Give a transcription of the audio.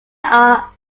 are